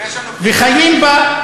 וחיים בה,